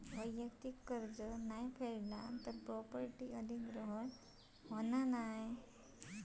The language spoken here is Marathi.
वैयक्तिक कर्ज नाय फेडला तर प्रॉपर्टी अधिग्रहण नाय होत